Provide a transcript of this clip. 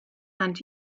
and